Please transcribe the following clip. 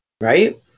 right